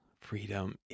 freedom